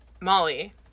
Molly